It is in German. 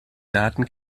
daten